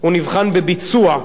הוא נבחן בביצוע.